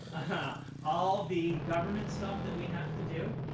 and all the government stuff that we have to do,